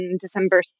december